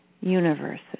universes